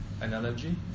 analogy